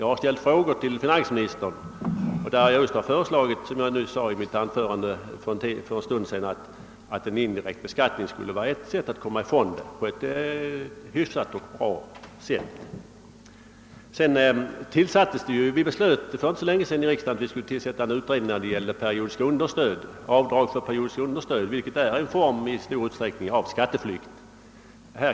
Jag har ställt frågor till finansministern, där jag föreslagit att, såsom jag nämnde i mitt anförande för en stund sedan, en indirekt beskattning skulle vara ett sätt att komma ifrån problematiken på ett hyggligt sätt. Vi har vidare för inte länge sedan i riksdagen beslutat att tillsätta en utredning om avdragen för periodiskt understöd, vilka kan tjäna som en form av skatteflykt.